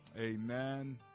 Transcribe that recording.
amen